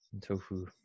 tofu